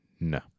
No